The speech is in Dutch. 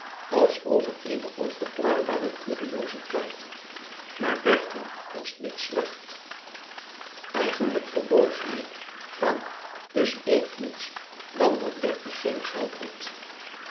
als over eene onverklaarbare curioziteit maar bertie was niet slecht eigenlijk verborg hij frank dus eve niets dan dat bertie geen geld had